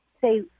say